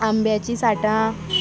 आंब्याचीं साठां